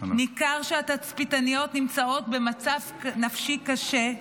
ניכר שהתצפיתניות נמצאות במצב נפשי קשה,